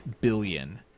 billion